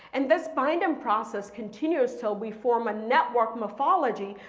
and this binding process continues till we form a network morphology.